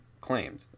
claimed